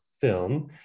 film